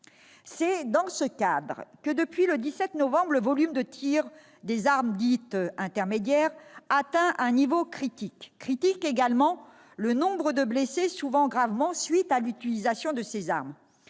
C'est dans ce cadre que, depuis le 17 novembre, le volume de tir des armes dites intermédiaires atteint un niveau critique. Critique est également le nombre de personnes blessées, souvent gravement, à la suite de l'utilisation de ces armes.